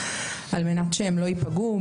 על מנת שהם לא ייפגעו.